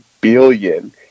billion